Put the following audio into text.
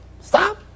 Stop